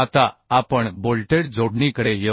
आता आपण बोल्टेड जोडणीकडे येऊ